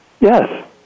Yes